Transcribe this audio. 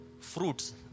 fruits